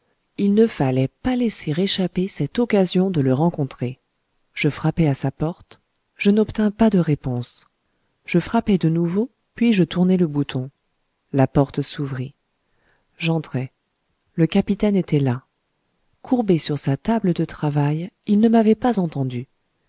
il ne fallait pas laisser échapper cette occasion de le rencontrer je frappai à sa porte je n'obtins pas de réponse je frappai de nouveau puis je tournai le bouton la porte s'ouvrit j'entrai le capitaine était là courbé sur sa table de travail il ne m'avait pas entendu